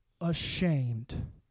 ashamed